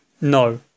No